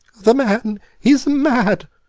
the man is mad!